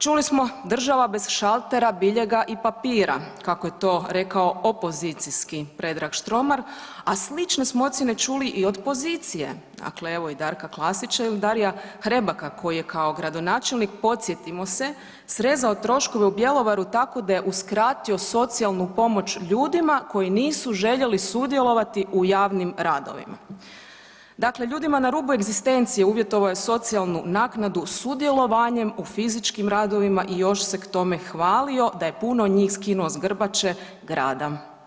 Čuli smo država bez šaltera, biljega i papira kako je to rekao opozicijski Predrag Štromar, a slične smo ocjene čuli i od pozicije, dakle evo i Darka Klasića ili Daria Hrebaka koji je kao gradonačelnik, podsjetimo se, srezao troškove u Bjelovaru tako da je uskratio socijalnu pomoć ljudima koji nisu željeli sudjelovati u javnim radovima, dakle ljudima na rubu egzistencije uvjetovao je socijalnu naknadu sudjelovanjem u fizičkim radovima i još se k tome hvalio da je puno njih skinuo s grbače grada.